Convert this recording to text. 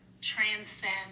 transcend